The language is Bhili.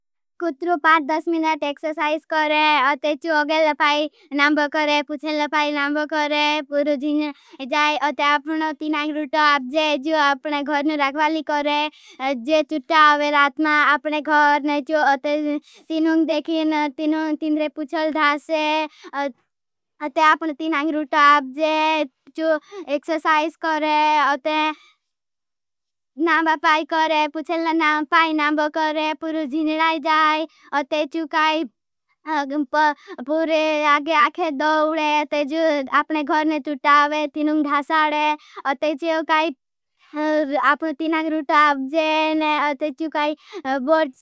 कुत्रू पाच दस मिनेट एक्सरसाइज करे। अते चू अगेल लपाई नामब करे, पुछेल लपाई नामब करे, पुरुजीन जाई। अते आपनो ती नांग रूटो आपजे, चू अपने घरने राखवाली करे। जे चुट्टा आवे रातमा, अपने घरने चू अते ती न तावाली करे। आपनो ती नांग रूटो आपजे औपनो ती प्रस्टे करे। पुछेराडग परिकेर करे, प्रिकेर करे नामब करे। पुछेर लपाई नामबं करे, पुरुजीन जाई। अते चू आपने घरने बुशताउके, टीनुंग ध्याऊजे, अते च वर्ट।